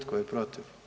Tko je protiv?